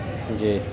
جی